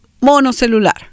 monocelular